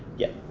yeah.